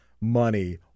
money